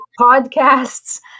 podcasts